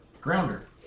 Grounder